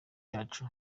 yacu